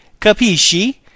Capisci